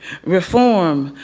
reform,